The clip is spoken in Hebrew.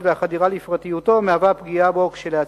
והחדירה לפרטיותו מהווה פגיעה בו כשלעצמה.